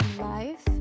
life